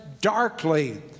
darkly